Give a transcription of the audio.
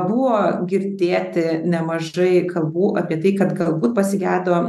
buvo girdėti nemažai kalbų apie tai kad galbūt pasigedo